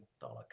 dollar